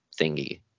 thingy